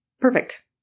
perfect